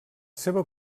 seva